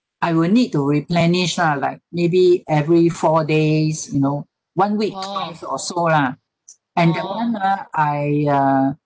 I will need to replenish lah like maybe every four days you know one week once or so lah and that [one] ah I uh